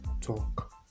talk